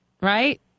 right